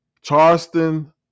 Charleston